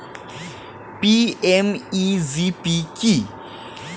PMEGP কি?